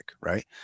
right